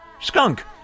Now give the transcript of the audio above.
skunk